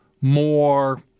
more